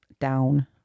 down